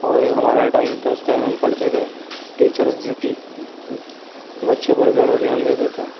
اور ایک ہمارا ٹائم تھا اس ٹائم ہم پڑھتے تھے ٹیچرس بچے پر زیادہ دھیان دیتے تھا